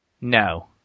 No